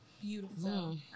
beautiful